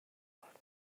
درآوردم